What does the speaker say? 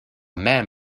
man